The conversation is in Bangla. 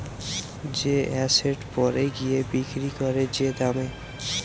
যে এসেট পরে গিয়ে বিক্রি করে যে দামে